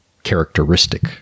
characteristic